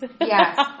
Yes